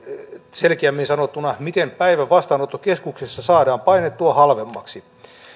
selkeämmin sanottuna miten päivä vastaanottokeskuksessa saadaan painettua halvemmaksi